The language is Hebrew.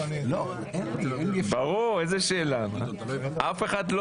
20 בפברואר 2022 סיימה ועדת העבודה והרווחה את